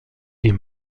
est